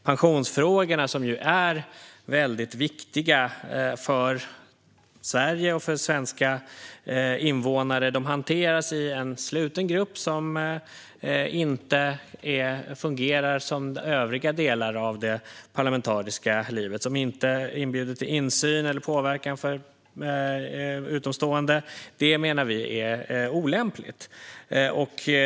Pensionsfrågorna, som ju är väldigt viktiga för Sverige och för svenska invånare, hanteras i en sluten grupp som inte fungerar som övriga delar av det parlamentariska livet. Den inbjuder inte till insyn eller påverkan från utomstående, och vi menar att detta är olämpligt.